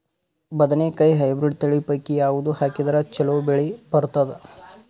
ಬದನೆಕಾಯಿ ಹೈಬ್ರಿಡ್ ತಳಿ ಪೈಕಿ ಯಾವದು ಹಾಕಿದರ ಚಲೋ ಬೆಳಿ ಬರತದ?